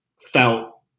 felt